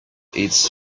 its